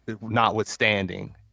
notwithstanding